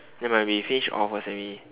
nevermind we finish all first then we